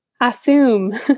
assume